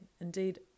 Indeed